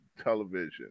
television